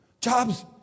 Jobs